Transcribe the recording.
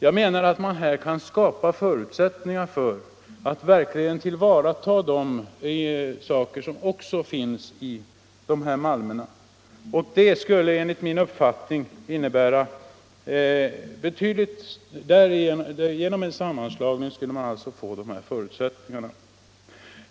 Jag menar att man här kan skapa förutsättningar för att verkligen tillvarata de övriga ämnen som också finns i de här malmerna. Genom en sammanslagning skulle man alltså skapa dessa förutsättningar.